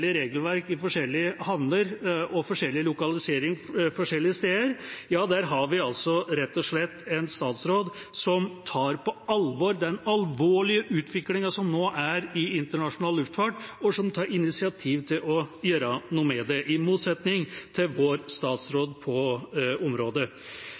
regelverk i forskjellige havner og forskjellige steder. Der har vi altså rett og slett en statsråd som tar på alvor den alvorlige utviklinga som nå er i internasjonal luftfart, og som tar initiativ til å gjøre noe med det, i motsetning til vår statsråd på området.